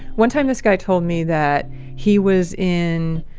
one time, this guy told me that he was in,